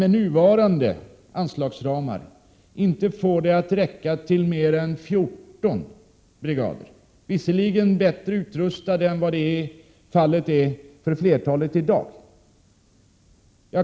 Med nuvarande anslagsramar kanske pengarna inte räcker till mer än 14 brigader, visserligen bättre utrustade än vad flertalet brigader är i dag.